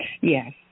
Yes